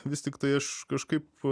vis tiktai aš kažkaip